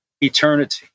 eternity